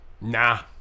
Nah